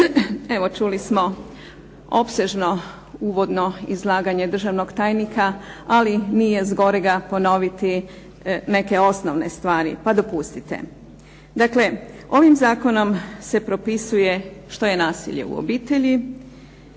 Evo čuli smo opsežno uvodno izlaganje državnog tajnika, ali nije zgorega ponoviti neke osnovne stvari, pa dopustite. Dakle, ovim zakonom se propisuje što je nasilje u obitelji,